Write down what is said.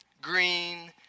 green